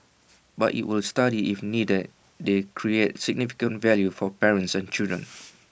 but IT will study if needed they create significant value for parents and children